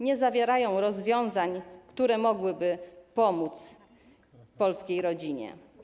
Nie zawierają rozwiązań, które mogłyby pomóc polskiej rodzinie.